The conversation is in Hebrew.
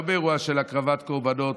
לא באירוע של הקרבת קורבנות,